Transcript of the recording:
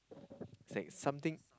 is like something